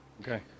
Okay